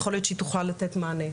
יכול להיות שהיא תוכל לתת מענה.